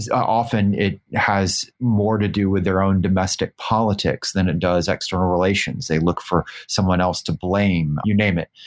yeah often, it has more to do with their own domestic politics than it does external relations. they look for someone else to blame. you name it.